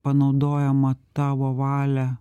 panaudojama tavo valia